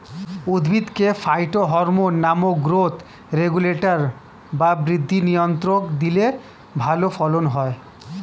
উদ্ভিদকে ফাইটোহরমোন নামক growth regulator বা বৃদ্ধি নিয়ন্ত্রক দিলে ভালো ফলন হয়